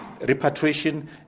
repatriation